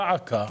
דע עקא,